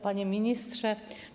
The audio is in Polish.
Panie Ministrze!